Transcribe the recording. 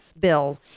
Bill